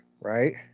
right